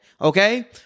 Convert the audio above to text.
Okay